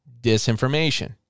disinformation